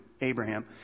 Abraham